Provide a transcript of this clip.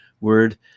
word